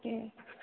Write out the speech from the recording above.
okay